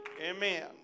Amen